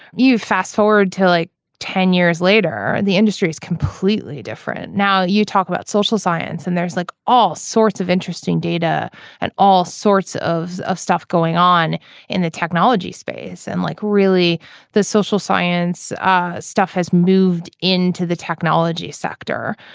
you fast forward to like ten years later and the industry is completely different now you talk about social science and there's like all sorts of interesting data and all sorts of of stuff going on in the technology space and like really the social science stuff has moved into the technology sector.